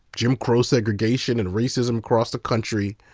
jim crow segregation and racism across the country.